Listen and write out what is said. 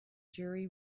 jury